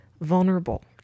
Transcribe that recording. vulnerable